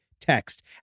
text